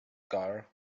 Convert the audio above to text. car